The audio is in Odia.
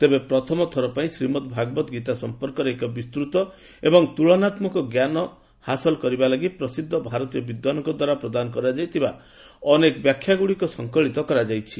ତେବେ ପ୍ରଥମଥର ପାଇଁ ଶ୍ରୀମଦ୍ ଭଗବତ୍ ଗୀତା ସମ୍ପର୍କରେ ଏକ ବିସ୍ତୃତ ଏବଂ ତୁଳାନ୍କାକ ଜ୍ଞାନ ହାସଲ କରିବା ଲାଗି ପ୍ରସିଦ୍ଧ ଭାରତୀୟ ବିଦ୍ୱାନଙ୍କ ଦ୍ୱାରା ପ୍ରଦାନ କରାଯାଇଥିବା ଅନେକ ବ୍ୟାଖ୍ୟା ଗୁଡ଼ିକୁ ସଂକଳିତ କରାଯାଇଛି